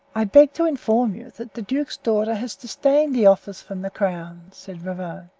i beg to inform you that the duke's daughter has disdained the offer from the crown, said ravone.